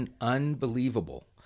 Unbelievable